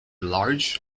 large